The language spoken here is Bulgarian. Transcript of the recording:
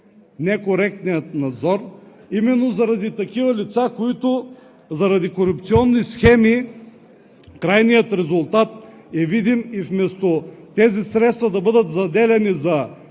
некоректния надзор, именно заради такива лица, при които заради корупционни схеми трайният резултат е видим и вместо тези средства да бъдат заделяни за